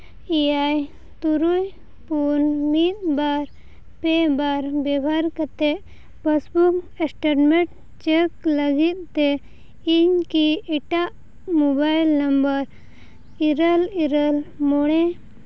ᱮᱭᱟᱭ ᱛᱩᱨᱩᱭ ᱯᱩᱱ ᱢᱤᱫ ᱵᱟᱨ ᱯᱮ ᱵᱟᱨ ᱵᱮᱵᱚᱦᱟᱨ ᱠᱟᱛᱮᱫ ᱯᱟᱥᱵᱩᱠ ᱮᱥᱴᱮᱴᱢᱮᱱᱴ ᱪᱮᱠ ᱞᱟᱹᱜᱤᱫ ᱛᱮ ᱤᱧ ᱠᱤ ᱮᱴᱟᱜ ᱢᱳᱵᱟᱭᱤᱞ ᱱᱟᱢᱵᱟᱨ ᱤᱨᱟᱹᱞ ᱤᱨᱟᱹᱞ ᱢᱚᱬᱮ